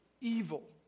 evil